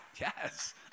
Yes